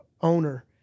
owner